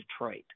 Detroit